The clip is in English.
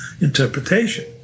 interpretation